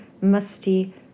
musty